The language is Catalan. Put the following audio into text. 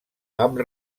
amb